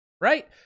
right